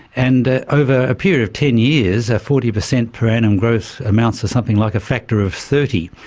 and over a period of ten years, a forty percent per annum growth amounts to something like a factor of thirty,